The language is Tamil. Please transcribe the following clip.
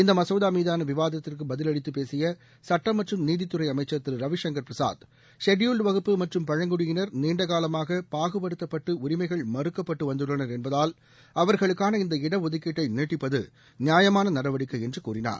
இந்த மசோதா மீதான விவாதத்திற்கு பதிலளித்து பேசிய சுட்டம் மற்றும் நீதித்துறை அமைச்சர் திரு ரவிசங்கர் பிரசாத் செடியூல்டு வகுப்பு மற்றம் பழங்குடியினர் நீண்ட காலமாக பாகுப்படுத்தப்பட்டு உரிமைகள் மறுக்கப்பட்டு வந்துள்ளனர் என்பதால் அவர்களுக்கான இந்த இடஒதுக்கீட்டை நீட்டிப்பது நியாயமான நடவடிக்கை என்று கூறினார்